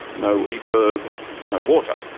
no epirb, no water.